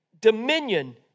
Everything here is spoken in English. dominion